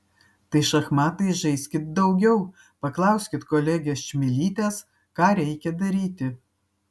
tai šachmatais žaiskit daugiau paklauskit kolegės čmilytės ką reikia daryti